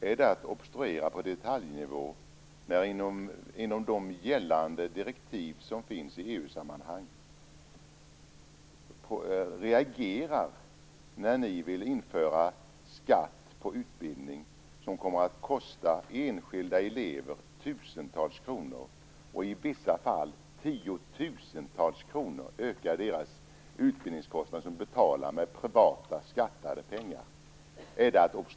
Är det att obstruera på detaljnivå när vi inom de gällande direktiv som finns i EU-sammanhang reagerar då ni vill införa skatt på utbildning som kommer att kosta enskilda elever tusentals kronor och i vissa fall tiotusentals kronor? Deras utbildningskostnader betalas med privata, skattade pengar.